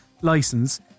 license